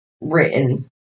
written